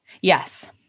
Yes